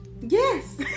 Yes